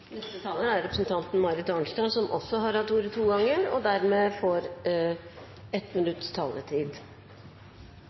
Representanten Marit Arnstad har også hatt ordet to ganger tidligere og får dermed